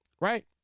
right